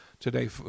today